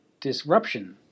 disruption